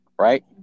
right